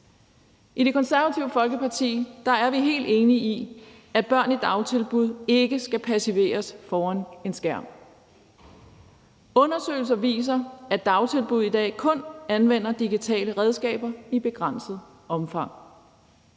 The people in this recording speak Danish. I Det Konservative Folkeparti er vi helt enige i, at børn i dagtilbud ikke skal passiveres foran en skærm. Undersøgelser viser, at dagtilbud i dag kun anvender digitale redskaber i begrænset omfang.